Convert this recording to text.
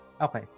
Okay